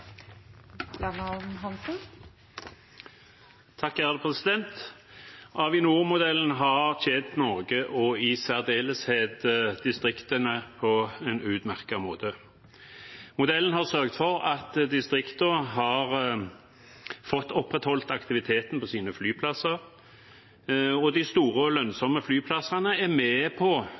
har tjent Norge og i særdeleshet distriktene på en utmerket måte. Modellen har sørget for at distriktene har fått opprettholdt aktiviteten på sine flyplasser, og de store og lønnsomme flyplassene er med på